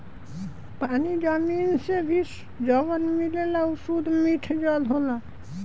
पानी जमीन से भी जवन मिलेला उ सुद्ध मिठ जल होला